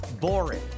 boring